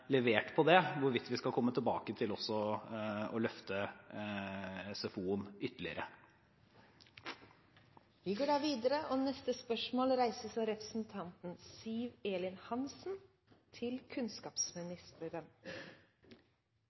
levert på det, hvorvidt vi skal komme tilbake til å løfte også SFO ytterligere. Dette spørsmålet, fra representanten Torgeir Knag Fylkesnes til kunnskapsministeren, vil bli tatt opp av representanten Siv Elin Hansen.